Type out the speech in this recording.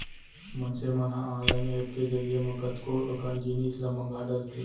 मनसे मन ह ऑनलाईन ऐप के जरिए म कतको अकन जिनिस ल मंगा डरथे